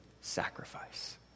sacrifice